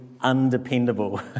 undependable